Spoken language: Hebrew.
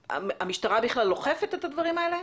המשטרה בכלל אוכפת את הדברים האלה?